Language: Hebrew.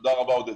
תודה רבה, עודד.